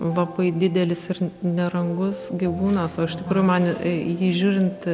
labai didelis ir nerangus gyvūnas o iš tikrųjų man į į jį žiūrint